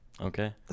Okay